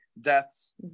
deaths